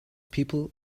people